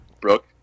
Brooke